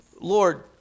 Lord